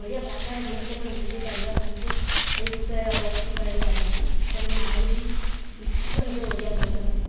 ଓଡ଼ିଆ ଭାଷାର ମହତତ୍ତ୍ଵ କଣ ବୁଝାଇପାରିବା ତାଙ୍କୁ ଏହି ବିଷୟରେ ଅବଗତି କରାଇପାରିବା ସେମାନେ ଆହୁରି ଇଚ୍ଛୁକ ହେବେ ଓଡ଼ିଆ ପଢ଼ିବା ପାଇଁ